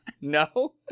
no